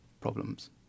problems